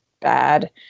bad